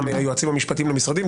גם היועצים המשפטיים למשרדים,